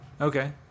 Okay